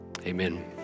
Amen